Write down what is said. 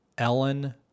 Ellen